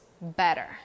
better